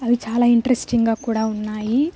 అవి చాలా ఇంట్రెస్టింగ్గా కూడా ఉన్నాయి